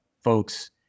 folks